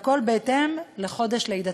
והכול בהתאם לחודש לידתם.